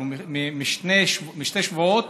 משני שבועות